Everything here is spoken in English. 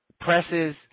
presses